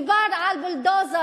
מדובר על בולדוזר,